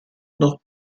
dans